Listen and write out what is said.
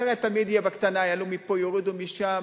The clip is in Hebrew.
תראה, תמיד יהיה, בקטנה, יעלו מפה, יורידו משם,